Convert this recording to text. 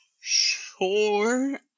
Sure